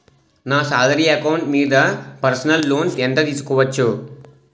నా salary account మీద personal loan ఎంత తీసుకోవచ్చు?